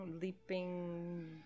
Leaping